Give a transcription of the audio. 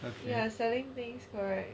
if you are selling things correct